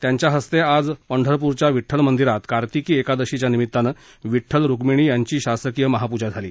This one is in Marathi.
त्यांच्या हस्ते आज पंढरपूरच्या विड्डलमंदिरात कार्तिकी एकादशीच्या निमित्तानं विड्डल रुक्मिणी यांची शासकीय महापूजा झाली